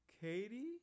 Katie